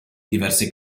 diverse